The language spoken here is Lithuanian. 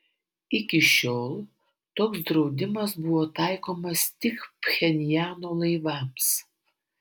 iki šiol toks draudimas buvo taikomas tik pchenjano laivams